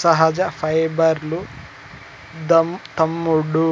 సహజ పైబర్లూ తమ్ముడూ